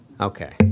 Okay